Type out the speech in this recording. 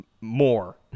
more